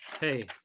hey